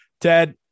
Ted